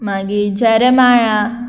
मागीर जेरेमाया